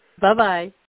Bye-bye